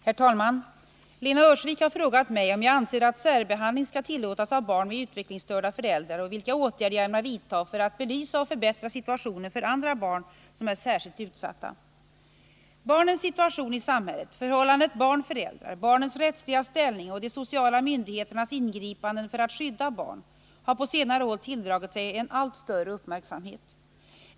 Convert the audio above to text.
Herr talman! Lena Öhrsvik har frågat mig om jag anser att särbehandling skall tillåtas av barn med utvecklingsstörda föräldrar och vilka åtgärder jag ämnar vidta för att belysa och förbättra situationen för andra barn som är särskilt utsatta. Barnens situation i samhället, förhållandet barn-föräldrar, barnens rättsliga ställning och de sociala myndigheternas ingripanden för att skydda barn har på senare år tilldragit sig en allt större uppmärksamhet.